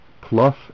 plus